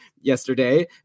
yesterday